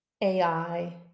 AI